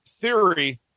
theory